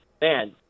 man